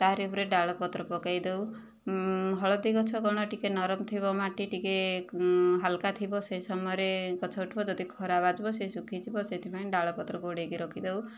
ତାରି ଉପରେ ଡାଳ ପତ୍ର ପକାଇ ଦେଉ ହଳଦୀ ଗଛ କ'ଣ ଟିକେ ନରମ ଥିବ ମାଟି ଟିକେ ହାଲକା ଥିବ ସେ ସମୟରେ ଗଛ ଉଠିବ ଯଦି ଖରା ବାଜିବ ସେ ଶୁଖିଯିବ ସେଥିପାଇଁ ଡାଳପତ୍ର ଘୋଡ଼ାଇକି ରଖିଦେଉ